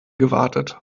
gewartet